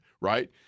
right